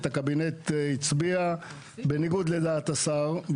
הקבינט הצביע בניגוד לדעת השר,